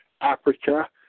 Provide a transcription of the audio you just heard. Africa